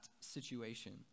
situation